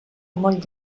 molt